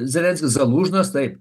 zelenskis zalužnas taip